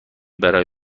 برای